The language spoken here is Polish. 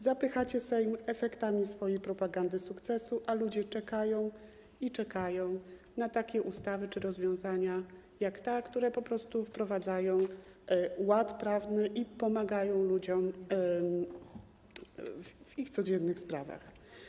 Zapychacie Sejm efektami swojej propagandy sukcesu, a ludzie czekają i czekają na takie ustawy jak ta czy rozwiązania, które po prostu wprowadzają ład prawny i pomagają ludziom w ich codziennych sprawach.